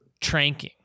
tranking